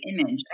image